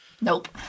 Nope